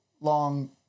long